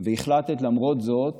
החלטת למרות זאת